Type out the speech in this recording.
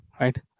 right